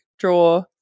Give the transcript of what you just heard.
draw